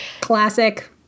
Classic